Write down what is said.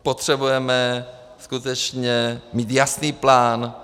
Potřebujeme skutečně mít jasný plán.